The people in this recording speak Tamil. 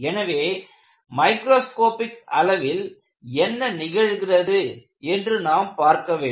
எனவே மைக்ரோஸ்கோப்பிக் அளவில் என்ன நிகழ்கிறது என்று நாம் பார்க்க வேண்டும்